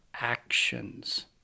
actions